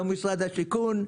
לא משרד השיכון,